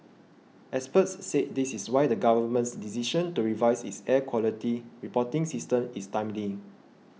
experts said this is why the Government's decision to revise its air quality reporting system is timely